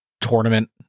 tournament